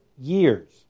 years